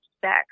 sex